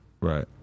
Right